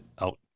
out